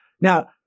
now